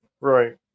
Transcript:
Right